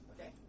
Okay